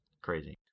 crazy